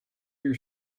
your